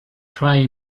tried